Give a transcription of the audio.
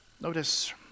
Notice